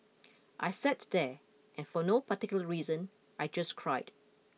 I sat there and for no particular reason I just cried